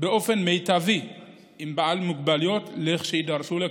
באופן מיטבי עם בעל מוגבלות לכשיידרשו לכך.